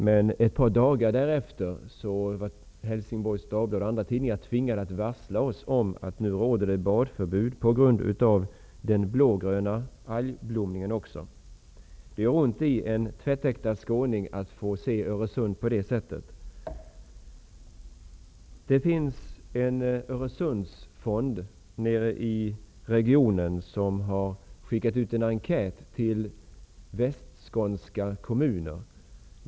Men ett par dagar därefter blev Helsingborgs Dagblad och andra tidningar tvingade att varsla oss om att det rådde badförbud även på grund av den blågröna algblomningen. Det gör ont i en tvättäkta skåning att se Öresund på det sättet. Det finns i regionen en Öresundsfond som har skickat ut en enkät till västskånska kommuner.